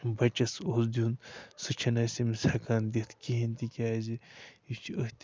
بَچَس اوس دیُن سُہ چھُنہٕ أسۍ أمِس ہٮ۪کان دِتھ کِہیٖنۍ تِکیٛازِ یہِ چھُ أتھۍ